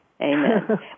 Amen